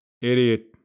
Idiot